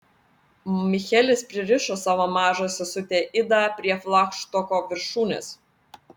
michelis pririšo savo mažą sesutę idą prie flagštoko viršūnės